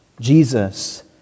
Jesus